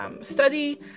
study